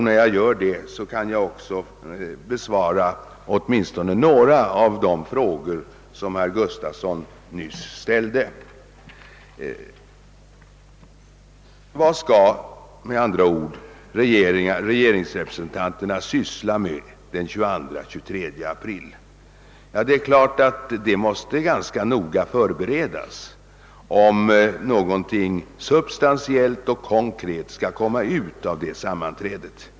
När jag gör det tror jag också att jag kan besvara några av de frågor som herr Gustafson i Göteborg nyss ställde. Vad skall alltså regeringsrepresentanterna syssla med vid sammankomsten den 22—23 april? Givetvis måste mötet förberedas ganska noga, om det skall komma ut något substantiellt och konkret av det.